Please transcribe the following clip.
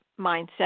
mindset